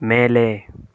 மேலே